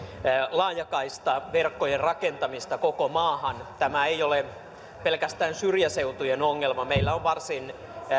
laajakaistaverkkojen rakentamista koko maahan tämä ei ole pelkästään syrjäseutujen ongelma meillä on varsin